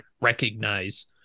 recognize